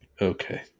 Okay